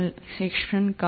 संक्षेपण का